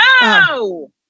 No